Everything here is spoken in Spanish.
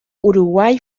uruguay